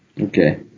Okay